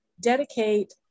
dedicate